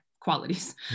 qualities